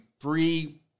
three